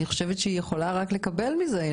אני חושבת שהיא יכולה רק לקבל מזה.